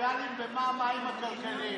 הטריטוריאליים ומה המים הכלכליים.